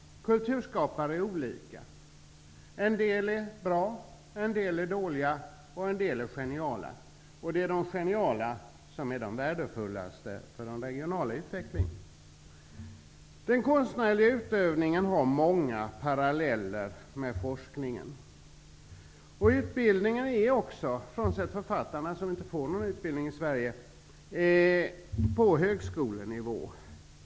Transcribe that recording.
Kulturskapare är olika. En del är bra, en del är dåliga, och en del är geniala. Och det är de geniala som är de mest värdefulla för en regional utveckling. Den konstnärliga utövningen har många paralleller med forskningen. Utbildningen är också -- frånsett författarna, som inte får någon utbildning i Sverige -- på högskolenivå.